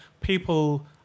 people